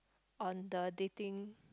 on the dating